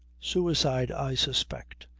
suicide, i suspect,